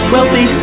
Wealthy